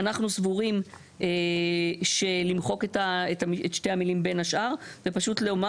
אנחנו סבורים שלמחוק את שתי המילים "בין השאר" ופשוט לומר